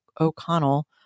O'Connell